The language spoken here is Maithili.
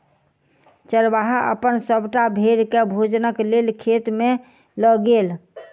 चरवाहा अपन सभटा भेड़ के भोजनक लेल खेत में लअ गेल